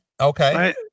Okay